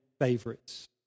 favorites